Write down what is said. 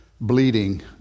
bleeding